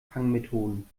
fangmethoden